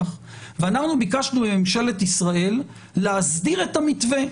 ואנחנו ביקשנו מממשלת ישראל להסדיר את המתווה.